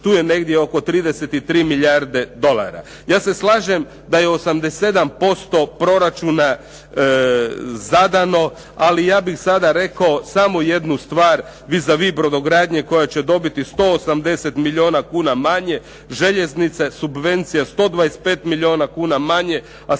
tu je negdje oko 33 milijarde dolara. Ja se slažem da je 87% proračuna zadano ali ja bih sada rekao samo jednu stvar vis a vis brodogradnje koja će dobiti 180 milijuna kuna manje, željeznice subvencije 125 milijuna kuna manje a